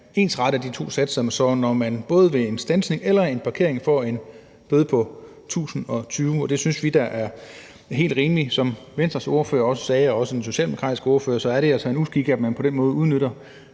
ensretter de to satser, sådan at man både ved en standsning og en parkering får en bøde på 1.020 kr., og det synes vi da er helt rimeligt. Som både Venstres ordfører og den socialdemokratiske ordfører sagde, er det altså en uskik, at man på den måde udnytter